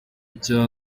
nshya